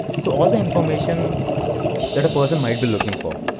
so all the information that a person might be looking for.